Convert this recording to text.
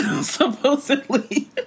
Supposedly